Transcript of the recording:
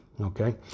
Okay